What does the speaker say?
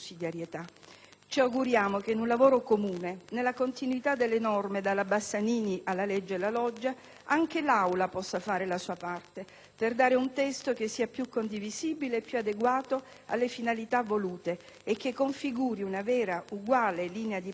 Ci auguriamo che in un lavoro comune, nella continuità delle norme dalla Bassanini alla legge La Loggia, anche l'Aula possa fare la sua parte per esitare un testo che sia più condivisibile e più adeguato alle finalità volute e che configuri una vera uguale linea di partenza